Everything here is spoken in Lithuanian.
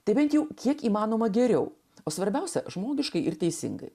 tai bent jau kiek įmanoma geriau o svarbiausia žmogiškai ir teisingai